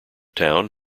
town